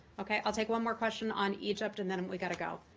okay, i'll take one more question on egypt and then we've got to go.